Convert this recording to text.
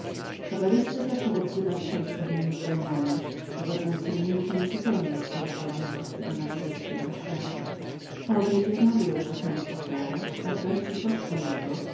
kabalista zaczął odzywać się z pewnemi zdaniami dowodzącemi że niezupełnie był zadowolonym ze swego napowietrznego świata po obiedzie znowu jął to samo powtarzać aż wreszcie siostra